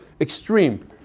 extreme